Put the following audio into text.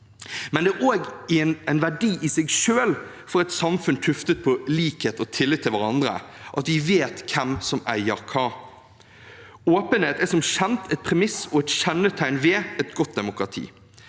Men det er også en verdi i seg selv for et samfunn tuftet på likhet og tillit til hverandre at vi vet hvem som eier hva. Åpenhet er som kjent et premiss og et kjennetegn ved et godt demokrati.